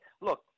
look